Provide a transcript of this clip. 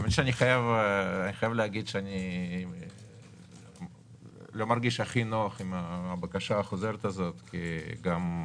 אני חייב להגיד שאני לא מרגיש הכי נוח עם הבקשה החוזרת הזאת כי ראוי